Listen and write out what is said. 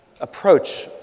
approach